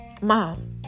mom